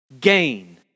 gain